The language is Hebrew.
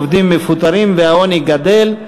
עובדים מפוטרים והעוני גדל.